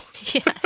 Yes